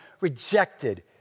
rejected